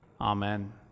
amen